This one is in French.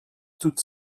toute